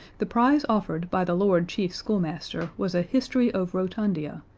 the prize offered by the lord chief schoolmaster was a history of rotundia,